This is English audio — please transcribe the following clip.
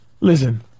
listen